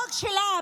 התינוק שלה,